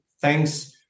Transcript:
thanks